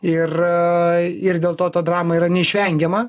ir ir dėl to ta drama yra neišvengiama